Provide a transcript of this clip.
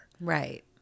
right